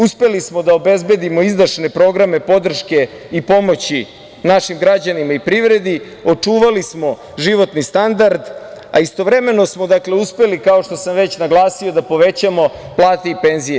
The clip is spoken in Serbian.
Uspeli smo da obezbedimo izdašne programe podrške i pomoći našim građanima i privredi, očuvali smo životni standard, a istovremeno smo uspeli, kao što sam već naglasio, da povećamo plate i penzije.